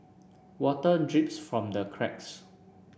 water drips from the cracks